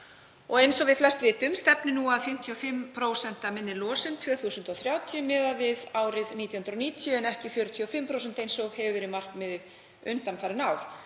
Eins og við flest vitum stefnir nú í 55% minni losun 2030 miðað við árið 1990 en ekki 45% eins og hefur verið markmiðið undanfarin ár.